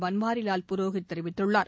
பன்வாரிலால் புரோஹித் தெரிவித்துள்ளார்